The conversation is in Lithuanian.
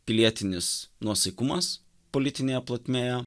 pilietinis nuosaikumas politinėje plotmėje